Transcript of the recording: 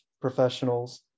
professionals